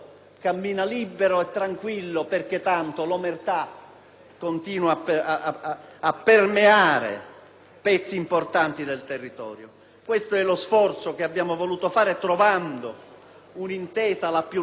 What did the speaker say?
continua a permeare pezzi importanti del territorio. Questo, dunque, è lo sforzo che abbiamo voluto fare, trovando un'intesa la più larga possibile e riconoscendo che, accanto alla nostra iniziativa,